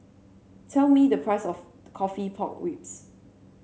tell me the price of coffee Pork Ribs